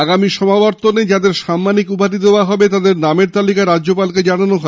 আগামী সমাবর্তনে যাঁদের সাম্মানিক উপাধি দেওয়া হবে তাঁদের নামের তালিকা রাজ্যপালকে জানানো হয়